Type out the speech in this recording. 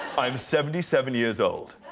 i'm seventy seven years old.